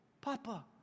Papa